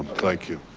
thank you.